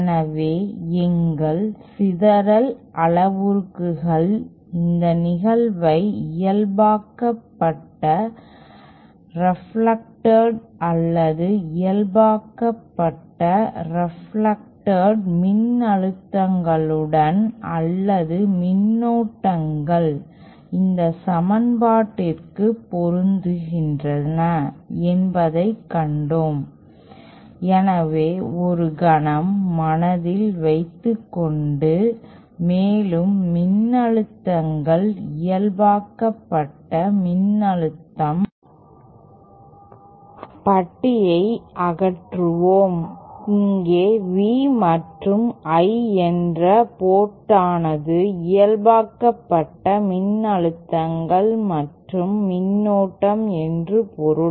எனவே எங்கள் சிதறல் அளவுருக்கள் இந்த நிகழ்வை இயல்பாக்கப்பட்ட ரெப்லெக்டட் அல்லது இயல்பாக்கப்பட்ட ரெப்லெக்டட் மின்னழுத்தங்களுடன் அல்லது மின்னோட்டங்கள் இந்த சமன்பாட்டிற்கு பொருந்துகின்றன என்பதைக் கண்டோம் எனவே ஒரு கணம் மனதில் வைத்துக் கொண்டு மேலும் மின்னழுத்தங்கள் இயல்பாக்கப்பட்ட மின்னழுத்தம் பட்டியை அகற்றுவோம் இங்கே V மற்றும் I என்ற போர்ட்டானது இயல்பாக்கப்பட்ட மின்னழுத்தங்கள் மற்றும் மின்னோட்டம் என்று பொருள்